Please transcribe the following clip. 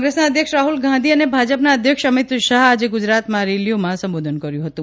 કોંગ્રેસના અધ્યક્ષ રાહુલ ગાંધી અને ભાજપના અધ્યક્ષ અમિત શાહ આજે ગુજરાતમાં રેલીઓમાં સંબોધન કર્યું હતું